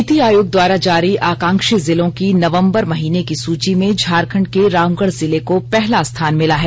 नीति आयोग द्वारा जारी आकांक्षी जिलों की नवंबर महीने की सूची में झारखंड के रामगढ़ जिले को पहला स्थान मिला है